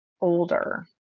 older